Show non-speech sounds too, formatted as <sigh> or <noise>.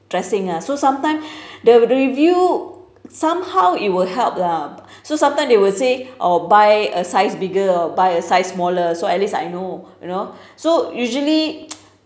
dressing ah so sometime the review somehow it will help lah so sometime they will say oh buy a size bigger or buy a size smaller so at least I know you know so usually <noise>